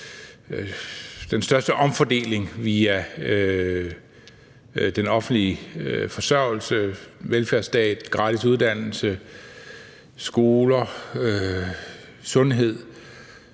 den største omfordeling via den offentlige forsørgelse – velfærdsstat, gratis uddannelse, skoler, sundhed